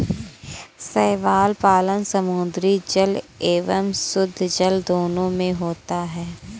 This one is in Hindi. शैवाल पालन समुद्री जल एवं शुद्धजल दोनों में होता है